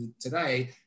today